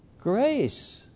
Grace